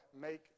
Make